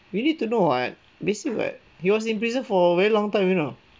we need to know [what] basic [what] he was in prison for a very long time you know